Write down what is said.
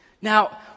Now